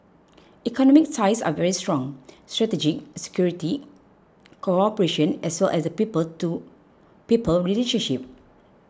economic ties are very strong strategic security cooperation as well as the people to people relationship